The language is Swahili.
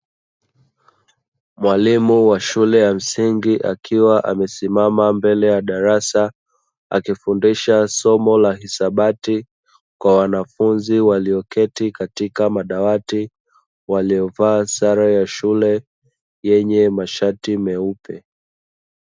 Mwalimu wa shule ya msingi, akiwa amesimama mbele ya darasa akifundisha somo la hisabati kwa wanafunzi walioketi katika madawati waliovaa sare za shule yenye mashati meupe.